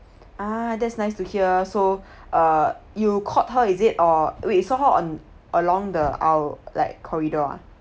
ah that's nice to hear so uh you caught her is it or wait so how on along the aisle like corridor ah